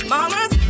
Mamas